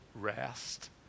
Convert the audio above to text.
rest